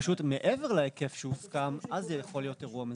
פשוט מעבר להיקף שהוסכם אז זה יכול להיות אירוע מזכה.